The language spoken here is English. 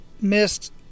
missed